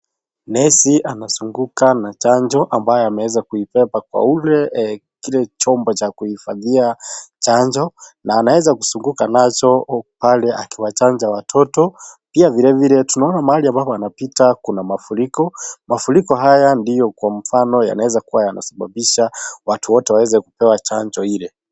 (cs) Nurse(cs) anazunguka na chanjo ambayo ameeza kuibeba kwa kile chombo cha kuhifadhia chanjo, na anaeza kuzunguka nazo pale akiwachanja watoto, pia vilevile tunaona mahali ambapo anapita kuna mafuriko, mafuriko haya ndio kwa mfano yanaeza kuwa yanasababisha watu wote waeza kupewa chanjo ile.